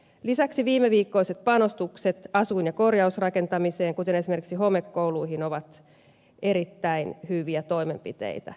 lisäksi viimeviikkoiset panostukset asuin ja korjausrakentamiseen kuten esimerkiksi homekouluihin ovat erittäin hyviä toimenpiteitä